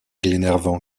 glenarvan